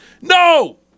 No